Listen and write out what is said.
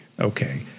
Okay